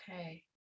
Okay